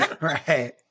Right